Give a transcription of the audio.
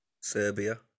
Serbia